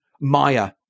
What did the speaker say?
Maya